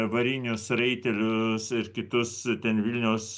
varinius raitelius ir kitus ten vilniaus